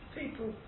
people